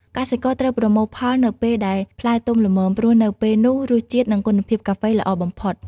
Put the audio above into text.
កសិករត្រូវប្រមូលផលនៅពេលដែលផ្លែទុំល្មម ព្រោះនៅពេលនោះរសជាតិ និងគុណភាពកាហ្វេល្អបំផុត។